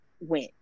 went